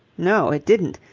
no, it didn't.